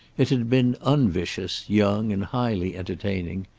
it had been unvicious, young, and highly entertaining,